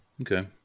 Okay